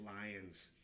Lions